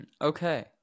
Okay